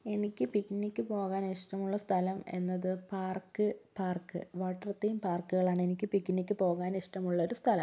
എനിക്ക് പിക്ക്നിക്ക് പോകാൻ ഇഷ്ടമുള്ള സ്ഥലം എന്നത് പാർക്ക് പാർക്ക് വാട്ടർ തീം പാർക്കുകളാണ് എനിക്ക് പിക്ക്നിക്ക് പോകാൻ ഇഷ്ടമുള്ളൊരു സ്ഥലം